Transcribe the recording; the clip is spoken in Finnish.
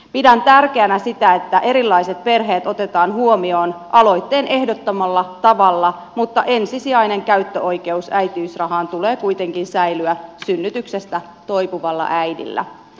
pidän tärkeänä sitä että erilaiset perheet otetaan huomioon aloitteen ehdottamalla tavalla mutta ensisijainen käyttöoikeus äitiysrahaan tulee kuitenkin säilyä synnytyksestä toipuvalla äidillä